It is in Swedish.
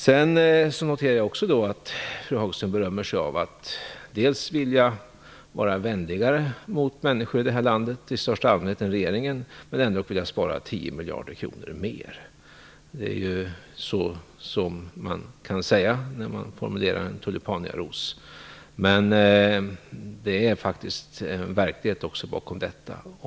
Sedan noterar jag också att fru Hagström berömmer sig av att vilja vara vänligare än regeringen mot människor i det här landet i största allmänhet och ändå spara 10 miljarder kronor mer. Det är ju att forma en tulipanaros. Men det finns faktiskt en verklighet bakom detta också.